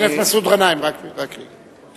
חבר הכנסת מסעוד גנאים, בבקשה.